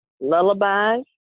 lullabies